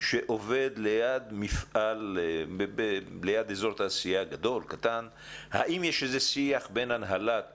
שלומד ליד אזור תעשייה, האם יש איזה שיח בין הנהלת